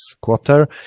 quarter